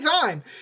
time